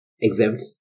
exempt